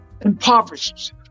impoverished